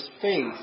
faith